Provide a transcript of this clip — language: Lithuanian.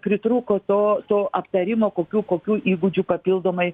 pritrūko to to aptarimo kokių kokių įgūdžių papildomai